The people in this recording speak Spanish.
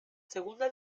segunda